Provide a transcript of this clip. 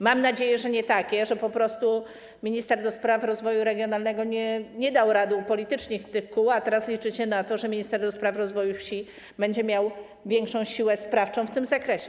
Mam nadzieję, że nie takie, że po prostu minister do spraw rozwoju regionalnego nie dał rady upolitycznić tych kół, a teraz liczycie na to, że minister do spraw rozwoju wsi będzie miał większą siłę sprawczą w tym zakresie.